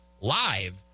live